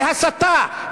להסתה,